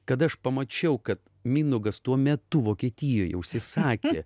kad aš pamačiau kad mindaugas tuo metu vokietijoje užsisakė